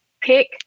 Pick